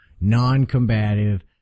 non-combative